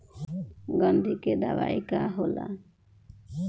गंधी के दवाई का होला?